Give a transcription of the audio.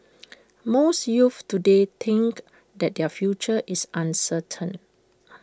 most youths today think that their future is uncertain